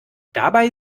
dabei